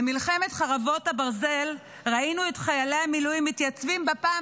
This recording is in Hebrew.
במלחמת חרבות הברזל ראינו את חיילי המילואים מתייצבים בפעם